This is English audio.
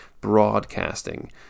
broadcasting